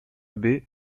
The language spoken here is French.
baie